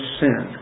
sin